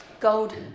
Gold